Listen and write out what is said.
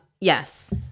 yes